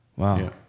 Wow